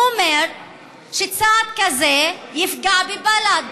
הוא אומר שצעד כזה יפגע בבל"ד,